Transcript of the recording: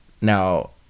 Now